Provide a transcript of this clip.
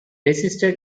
resisted